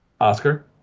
Oscar